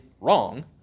wrong